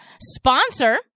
sponsor